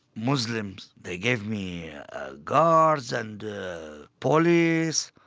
muslims, they gave me guards and police.